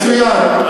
מצוין.